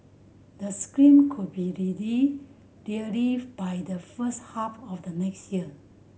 the scheme could be ready by the first half of the next year